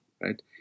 right